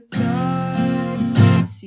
darkness